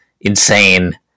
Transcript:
insane